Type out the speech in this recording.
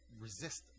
resist